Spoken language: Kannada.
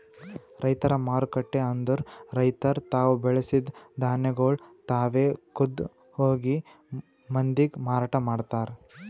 ರೈತರ ಮಾರುಕಟ್ಟೆ ಅಂದುರ್ ರೈತುರ್ ತಾವು ಬೆಳಸಿದ್ ಧಾನ್ಯಗೊಳ್ ತಾವೆ ಖುದ್ದ್ ಹೋಗಿ ಮಂದಿಗ್ ಮಾರಾಟ ಮಾಡ್ತಾರ್